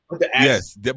yes